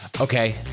Okay